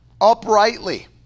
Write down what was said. uprightly